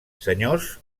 senyors